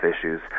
issues